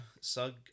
sug